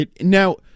Now